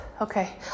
okay